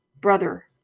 Brother